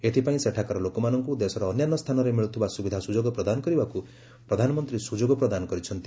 ଏଥିପାଇଁ ସେଠାକାର ଲୋକମାନଙ୍କ ଦେଶର ଅନ୍ୟାନ୍ୟ ସ୍ଥାନରେ ମିଳ୍ଚଥିବା ସ୍ୱବିଧା ସ୍ରଯୋଗ ପ୍ରଦାନ କରିବାକୁ ପ୍ରଧାନମନ୍ତ୍ରୀ ସୁଯୋଗ ପ୍ରଦାନ କରିଛନ୍ତି